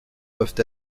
peuvent